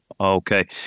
Okay